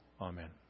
Amen